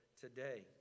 today